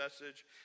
message